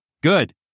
Good